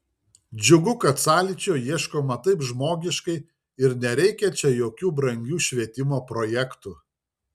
džiugu kad sąlyčio ieškoma taip žmogiškai ir nereikia čia jokių brangių švietimo projektų